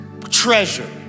treasure